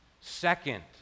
Second